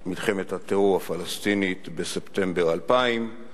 מלחמת הטרור הפלסטינית בספטמבר 2000,